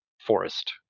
forest